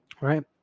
Right